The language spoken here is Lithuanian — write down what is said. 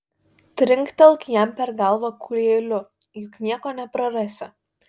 trinktelk jam per galvą kūjeliu juk nieko neprarasi